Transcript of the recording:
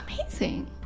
amazing